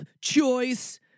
choice